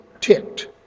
ticked